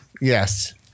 Yes